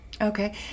Okay